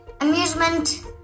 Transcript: amusement